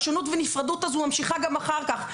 השונות והנפרדות האלו ממשיכות גם אחר כך,